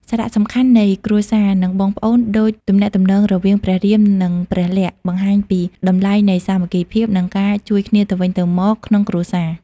សារៈសំខាន់នៃគ្រួសារ និងបងប្អូនដូចទំនាក់ទំនងរវាងព្រះរាម និងព្រះលក្សណ៍ បង្ហាញពីតម្លៃនៃសាមគ្គីភាព និងការជួយគ្នាទៅវិញទៅមកក្នុងគ្រួសារ ។